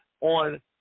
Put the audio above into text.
on